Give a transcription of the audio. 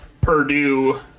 Purdue